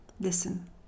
Listen